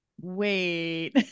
wait